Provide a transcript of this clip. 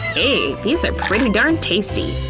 hey! these are pretty darn tasty!